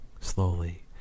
slowly